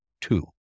two